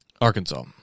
Arkansas